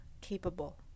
capable